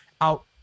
out